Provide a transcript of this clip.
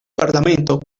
parlamento